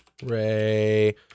Ray